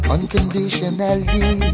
Unconditionally